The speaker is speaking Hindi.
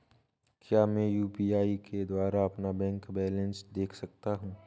क्या मैं यू.पी.आई के द्वारा अपना बैंक बैलेंस देख सकता हूँ?